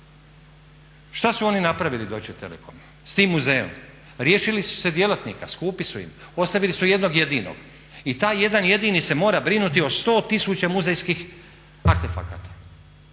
Šta su oni napravili Deutsche Telekom s tim muzejom? Riješili su se djelatnika, skupi su im, ostavili su jednog jedinog i taj jedan jedini se mora brinuti o 100 000 muzejskih artefakata.